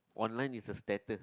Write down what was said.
online is a status